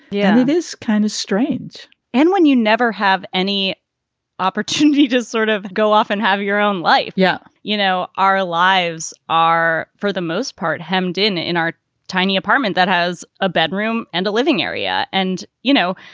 yeah. this kind of strange and when you never have any opportunity, just sort of go off and have your own life. yeah. you know, our lives are, for the most part, hemmed in in our tiny apartment that has a bedroom and a living area. and, you know,